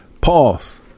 Pause